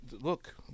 look